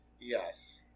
Yes